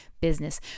business